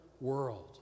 world